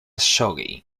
shogi